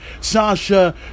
Sasha